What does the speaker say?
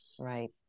Right